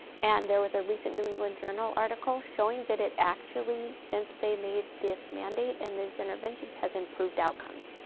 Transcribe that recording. and there was a recent new england journal article showing that it actually since they made this mandate and these interventions has improved outcomes.